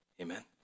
Amen